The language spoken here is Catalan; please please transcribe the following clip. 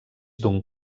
d’un